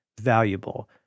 valuable